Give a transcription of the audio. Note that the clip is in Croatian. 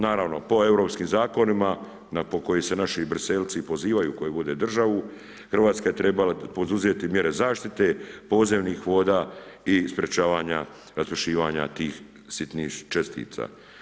Naravno po europskim zakonima po kojima se naši Briselci pozivaju koji vode državu, Hrvatska je trebala poduzeti mjere zaštite podzemnih voda i sprječavanja raspršivanja tih sitnih čestica.